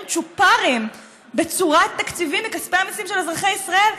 צ'ופרים בצורת תקציבים מכספי המיסים של אזרחי ישראל,